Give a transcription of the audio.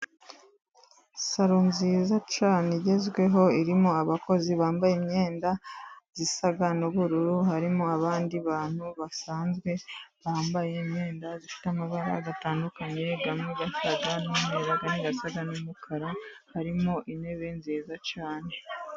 Saro nziza cyane igezweho irimo abakozi bambaye imyenda isa n'ubururu. Harimo abandi bantu basanzwe bambaye imyenda ifite amabara atandukanye, amwe asa n'umweru andi asa n'umukara. Harimo intebe nziza cyane.